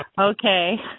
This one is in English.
okay